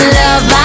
love